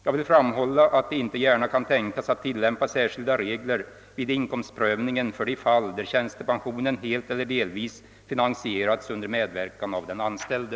Jag vill framhålla att det inte gärna kan tänkas att tillämpa särskilda regler vid inkomstprövningen för de fall där tjänstepensionen helt eller delvis finansierats under medverkan av den anställde.